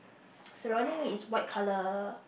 surrounding it's white color